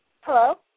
Hello